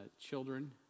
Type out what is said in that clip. children